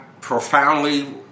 profoundly